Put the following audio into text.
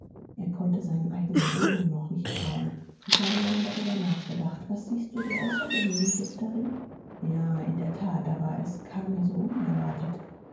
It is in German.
er konnte seinen eigenen ohren noch nicht trauen ich habe lange darüber nachgedacht was siehst du so außergewöhnliches darin ja in der tat aber es kam mir so unerwartet